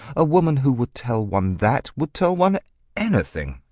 a woman who would tell one that, would tell one anything.